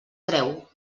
treu